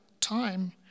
time